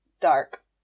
dark